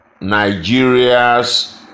Nigeria's